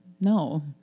No